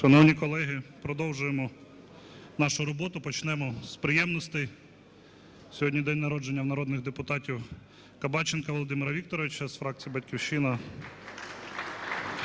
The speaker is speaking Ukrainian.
Шановні колеги, продовжуємо нашу роботу. Почнемо з приємностей. Сьогодні день народження у народних депутатів Кабаченка Володимира Вікторовича з фракції "Батьківщина"